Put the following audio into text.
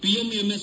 PMMS